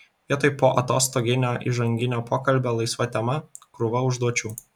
vietoj poatostoginio įžanginio pokalbio laisva tema krūva užduočių